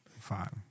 Five